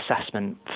assessment